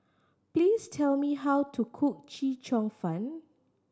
please tell me how to cook Chee Cheong Fun